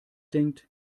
denkt